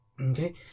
Okay